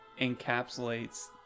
encapsulates